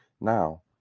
Now